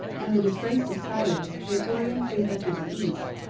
and the disgrace of cyrus, praetorian praefect of the east,